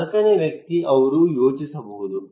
ನಾಲ್ಕನೇ ವ್ಯಕ್ತಿ ಅವರು ಯೋಚಿಸಬಹುದು